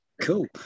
cool